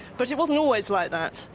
but it wasn't always like that.